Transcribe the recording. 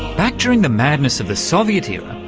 back during the madness of the soviet era,